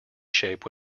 shape